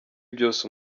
byose